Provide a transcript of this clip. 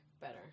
better